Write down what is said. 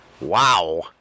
Wow